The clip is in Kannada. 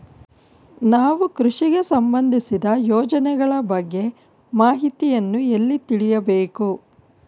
ನಾವು ಕೃಷಿಗೆ ಸಂಬಂದಿಸಿದ ಯೋಜನೆಗಳ ಬಗ್ಗೆ ಮಾಹಿತಿಯನ್ನು ಎಲ್ಲಿ ತಿಳಿಯಬೇಕು?